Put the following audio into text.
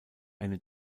eine